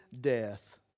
death